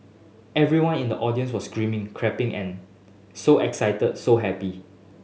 everyone in the audience was screaming clapping and so excited so happy